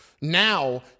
now